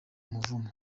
umuvumo